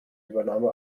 übernahme